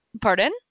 Pardon